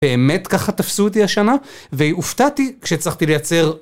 באמת ככה תפסו אותי השנה? והופתעתי כשהצלחתי לייצר...